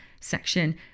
section